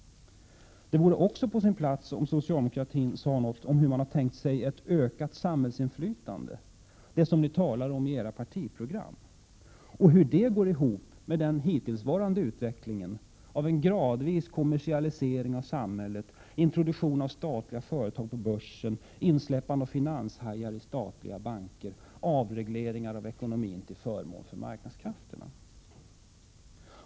Det vore också på sin plats att socialdemokraterna sade något om hur de har tänkt sig ett ökat samhällsinflytande — det som de talar om i sina partiprogram — och hur det går ihop med den hittillsvarande utvecklingen med en gradvis kommersialisering av samhället, introduktionen av statliga företag på börsen, insläppandet av finanshajar i statliga banker och avregleringar av ekonomin till förmån för marknadskrafterna.